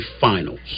Finals